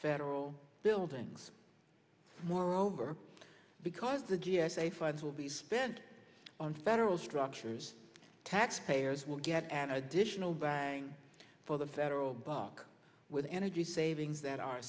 federal buildings moreover because the g s a funds will be spent on federal structures taxpayers will get an additional bang for the federal buck with energy savings that are